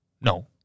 No